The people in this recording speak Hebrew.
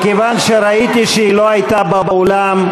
מכיוון שראיתי שהיא לא הייתה באולם,